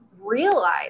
realize